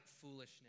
foolishness